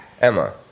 Emma